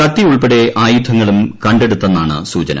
കത്തി ഉൾപ്പെടെ ആയുധങ്ങളും കണ്ടെടുത്തെന്നാണ് സൂചന